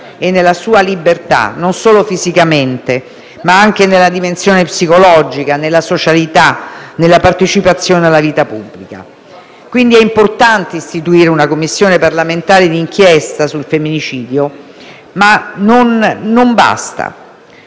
e nella sua libertà, non solo fisicamente, ma anche nella dimensione psicologica, nella socialità e nella partecipazione alla vita pubblica. Quindi è importante istituire una Commissione parlamentare d'inchiesta sul femminicidio, ma non basta.